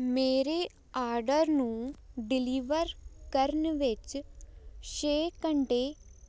ਮੇਰੇ ਆਰਡਰ ਨੂੰ ਡਿਲੀਵਰ ਕਰਨ ਵਿੱਚ ਛੇ ਘੰਟੇ